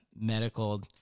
medical